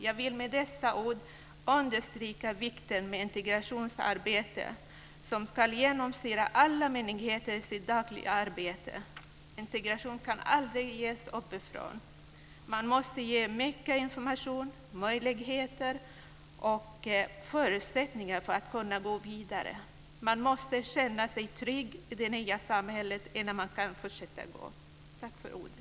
Jag vill med dessa ord understryka vikten med att integrationsarbetet ska genomsyra alla myndigheters dagliga arbete. Integration kan aldrig ges uppifrån. Man måste ge mycket information, möjligheter och förutsättningar för att kunna gå vidare. Man måste kunna känna sig trygg i det nya samhället innan man kan fortsätta att gå vidare.